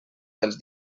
dels